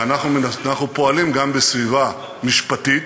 ואנחנו פועלים גם בסביבה משפטית,